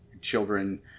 children